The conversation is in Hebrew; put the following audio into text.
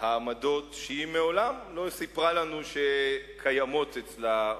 העמדות שהיא מעולם לא סיפרה לנו שקיימות אצלה,